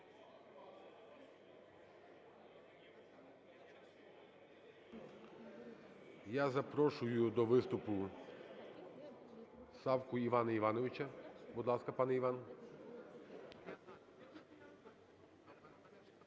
Я запрошую до виступу Савку Івана Івановича. Будь ласка, пане Іван.